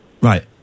Right